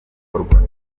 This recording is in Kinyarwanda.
bukorwa